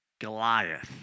Goliath